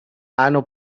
hanno